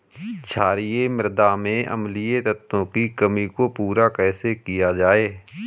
क्षारीए मृदा में अम्लीय तत्वों की कमी को पूरा कैसे किया जाए?